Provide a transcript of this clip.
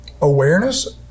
awareness